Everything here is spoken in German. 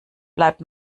bleibt